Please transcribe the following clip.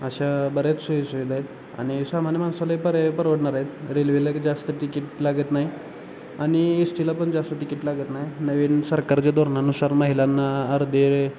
अशा बऱ्याच सोयी सुविधा आहेत आणि सामान्य माणसालाही पर्याय परवडणार आहेत रेल्वेला काही जास्त तिकीट लागत नाही आणि एस टीला पण जास्त तिकीट लागत नाही नवीन सरकारच्या धोरणानुसार महिलांना अर्धे